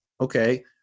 okay